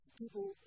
people